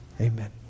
Amen